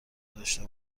داشته